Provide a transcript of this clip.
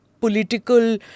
political